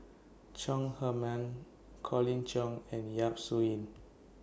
Chong Heman Colin Cheong and Yap Su Yin